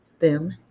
Boom